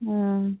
ᱦᱮᱸ